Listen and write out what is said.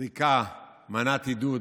זריקה, מנת עידוד,